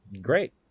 great